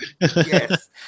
Yes